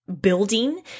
building